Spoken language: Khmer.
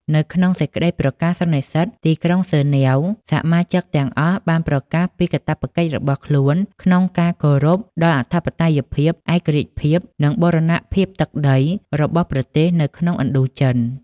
នៅក្នុងសេចក្តីប្រកាសបិទសន្និសីទីក្រុងហ្សឺណែវ សមាជិកទាំងអស់បានប្រកាសពីកាតព្វកិច្ចរបស់ខ្លួនក្នុងការ គោរពដល់អធិបតេយ្យភាព ឯករាជ្យភាព និងបូរណភាពទឹកដី របស់ប្រទេសនៅក្នុងឥណ្ឌូចិន។